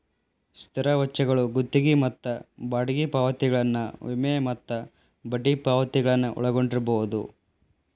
ಸ್ಥಿರ ವೆಚ್ಚಗಳು ಗುತ್ತಿಗಿ ಮತ್ತ ಬಾಡಿಗಿ ಪಾವತಿಗಳನ್ನ ವಿಮೆ ಮತ್ತ ಬಡ್ಡಿ ಪಾವತಿಗಳನ್ನ ಒಳಗೊಂಡಿರ್ಬಹುದು